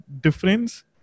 difference